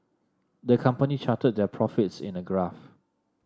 the company charted their profits in a graph